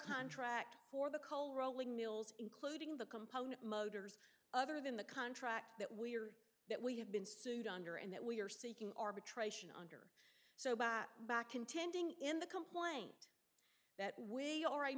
contract for the coal rolling mills including the component motors other than the contract that we are that we have been sued under and that we are seeking arbitration under so bought back contending in the complaint that w